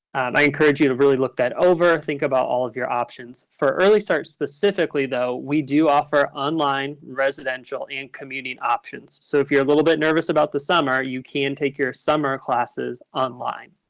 i encourage you to really look that over, think about all of your options. for early start specifically, though, we do offer online, residential, and commuting options. so if you're a little bit nervous about the summer, you can take your summer classes online?